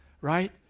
right